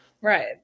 right